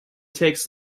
takes